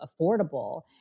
affordable